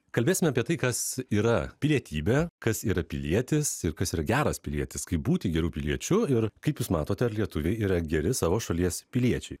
kalbėsime apie tai kas yra pilietybė kas yra pilietis ir kas yra geras pilietis kaip būti geru piliečiu ir kaip jūs matote ar lietuviai yra geri savo šalies piliečiai